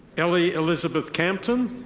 ellie elizabeth campton.